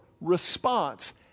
response